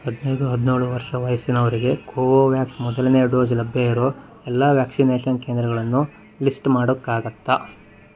ಹದಿನೈದು ಹದಿನೇಳು ವರ್ಷ ವಯಸ್ಸಿನವರಿಗೆ ಕೋವೋವ್ಯಾಕ್ಸ್ ಮೊದಲನೇ ಡೋಸು ಲಭ್ಯ ಇರೋ ಎಲ್ಲ ವ್ಯಾಕ್ಸಿನೇಷನ್ ಕೇಂದ್ರಗಳನ್ನು ಲಿಸ್ಟ್ ಮಾಡೋಕ್ಕಾಗುತ್ತಾ